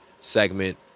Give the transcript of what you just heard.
segment